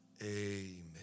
amen